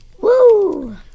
Woo